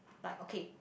like okay